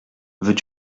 veux